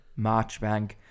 Marchbank